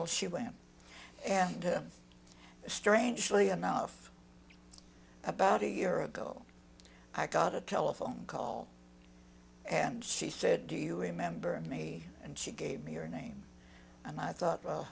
all she went and strangely enough about a year ago i got a telephone call and she said do you remember me and she gave me your name and i thought